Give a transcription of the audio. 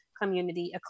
community